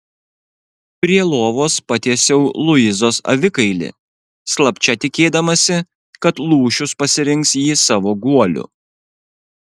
prie lovos patiesiau luizos avikailį slapčia tikėdamasi kad lūšius pasirinks jį savo guoliu